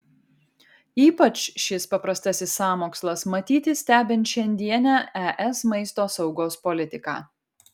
ypač šis paprastasis sąmokslas matyti stebint šiandienę es maisto saugos politiką